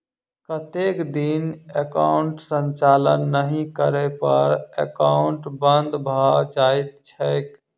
कतेक दिन एकाउंटक संचालन नहि करै पर एकाउन्ट बन्द भऽ जाइत छैक?